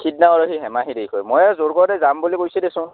সিদনা সি আৰু হেমাহি কৰে মই আৰু জোৰ কৰোঁতে যাম বুলি কৈছে দেচোন